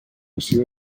acció